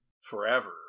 forever